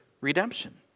redemption